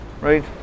right